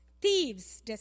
thieves